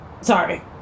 Sorry